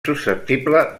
susceptible